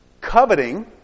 Coveting